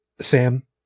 Sam